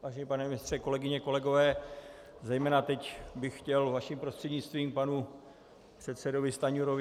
Vážený pane ministře, kolegyně, kolegové, zejména teď bych chtěl, vaším prostřednictvím, k panu předsedovi Stanjurovi.